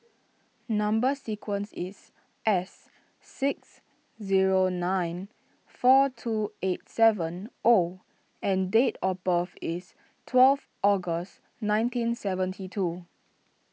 Number Sequence is S six zero nine four two eight seven O and date of birth is twelve August nineteen seventy two